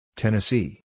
Tennessee